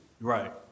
Right